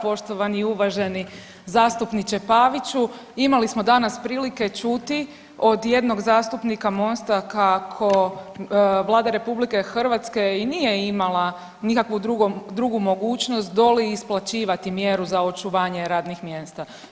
Poštovani i uvaženi zastupniče Paviću imali smo danas prilike čuti od jednog zastupnika Mosta kako Vlada Republike Hrvatske i nije imala nikakvu drugu mogućnost doli isplaćivati mjeru za očuvanje radnih mjesta.